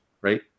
right